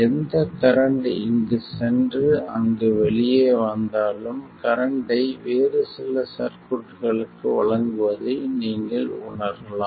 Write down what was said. எந்த கரண்ட் இங்கு சென்று அங்கு வெளியே வந்தாலும் கரண்ட்டை வேறு சில சர்க்யூட்களுக்கு வழங்குவதை நீங்கள் உணரலாம்